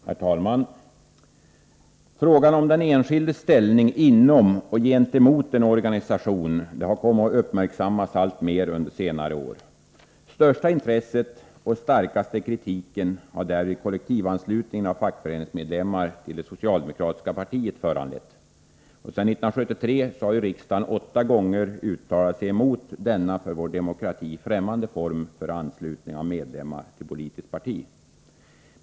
Herr talman! Frågan om den enskildes ställning inom och gentemot en organisation har kommit att uppmärksammas alltmer under senare år. Största intresset och starkaste kritiken har därvid kollektivanslutningen av fackföreningsmedlemmar till det socialdemokratiska partiet föranlett. Sedan 1973 har riksdagen åtta gånger uttalat sig emot denna för vår demokrati främmande form för anslutning av medlemmar till politiskt parti.